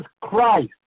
Christ